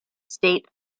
state